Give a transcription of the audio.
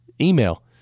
email